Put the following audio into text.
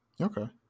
Okay